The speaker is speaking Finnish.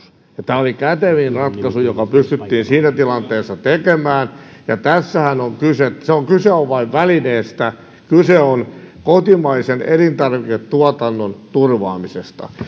tämä oli kätevin ratkaisu joka pystyttiin siinä tilanteessa tekemään tässähän kyse on vain välineestä kyse on kotimaisen elintarviketuotannon turvaamisesta